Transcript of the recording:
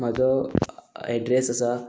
म्हाजो एड्रेस आसा